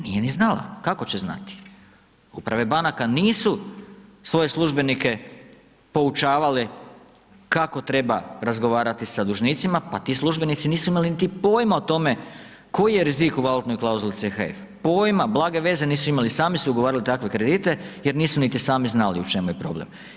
Nije ni znala, kako će znati, uprave banaka nisu svoje službenike poučavale kako treba razgovarati sa dužnicima, pa ti službenici nisu imali niti pojma o tome koji je rizik u valutnoj klauzuli CHF, pojma, blage veze nisu imali, sami su ugovarali takve kredite jer nisu niti sami znali u čemu je problem.